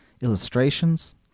Illustrations